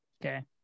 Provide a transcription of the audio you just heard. Okay